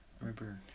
Remember